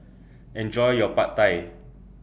Enjoy your Pad Thai